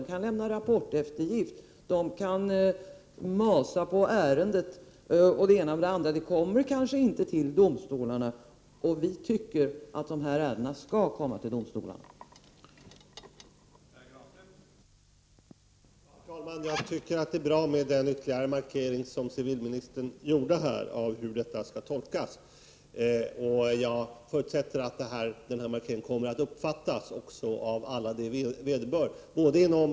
Man kan ju lämna rapporteftergift, man kan 19 januari 1989 masa på ärendet osv. Ärendet kanske inte kommer till domstolarna. Vi a Om ökade polistycker att dessa ärenden skall komma till domstolarna. m ökade polis